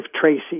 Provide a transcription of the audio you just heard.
Tracy